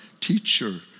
teacher